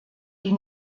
die